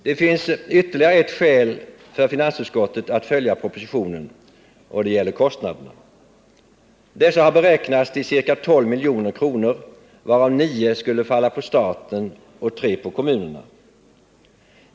Det finns ytterligare ett skäl för finansutskottet att följa propositionen, nämligen kostnaderna. Dessa har beräknats till ca 12 milj.kr., varav 9 skulle falla på staten och 3 på kommunerna.